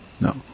No